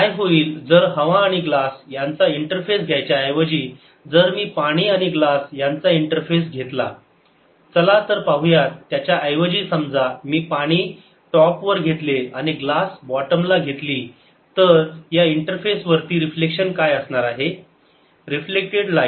काय होईल जर हवा आणि ग्लास यांचा इंटरफेस घ्यायच्या ऐवजी जर मी पाणी आणि ग्लास यांचा इंटरफेस घेतला चला तर पाहुयात त्याच्या ऐवजी समजा मी पाणी टॉप वर घेतले आणि ग्लास बॉटम ला घेतली तर या इंटरफेस वरती रिफ्लेक्शन काय असणार आहे रिफ्लेक्टेड लाईट